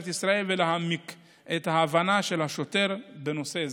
ישראל ולהעמיק את ההבנה של השוטר בנושא זה",